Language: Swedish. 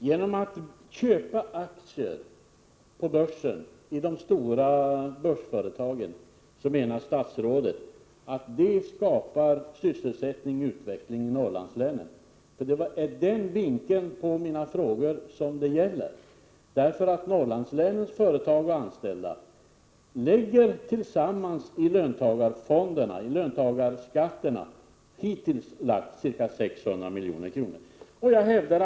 Herr talman! Genom att man på börsen köper aktier i de stora börsföretagen menar statsrådet att utveckling och sysselsättning i Norrlandslänen stimuleras. Mina frågor skall ses mot den bakgrunden. Företag och anställda i Norrlandslänen har hittills genom skatter erlagt 600 milj.kr. till löntagarfonderna.